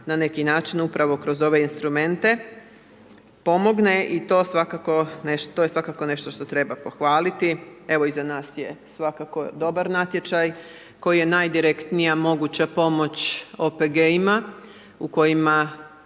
na neki način upravo kroz ove instrumente pomogne i to je svakako nešto što treba pohvaliti, evo i za nas je svakako dobar natječaj, koji je najdirektnija moguća pomoć OPG-ima u kojima,